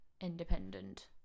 independent